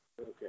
Okay